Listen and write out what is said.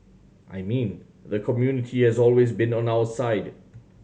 I mean the community has always been on our side